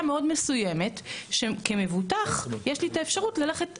מאוד מסוימת שכמבוטח יש לי את האפשרות ללכת אליהם,